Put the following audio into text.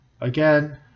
Again